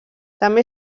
també